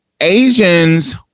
Asians